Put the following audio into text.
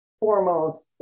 foremost